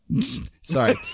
Sorry